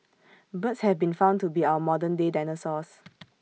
birds have been found to be our modern day dinosaurs